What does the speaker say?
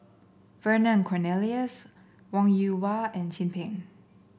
Vernon Cornelius Wong Yoon Wah and Chin Peng